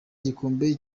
gikombe